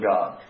God